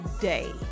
day